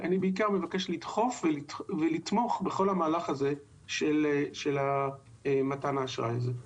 אני בעיקר מבקש לדחוף ולתמוך בכל המהלך הזה של מתן האשראי הזה.